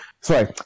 Sorry